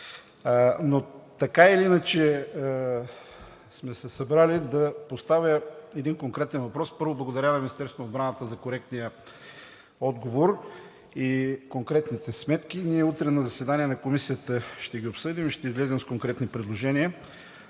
Но така или иначе сме се събрали, да поставя и един конкретен въпрос. Първо, благодаря на Министерството на отбраната за коректния отговор и конкретните сметки. Утре на заседание на Комисията ще ги обсъдим и ще излезем с конкретни предложения.